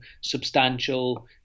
substantial